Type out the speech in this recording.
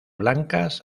blancas